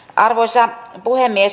arvoisa puhemies